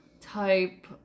type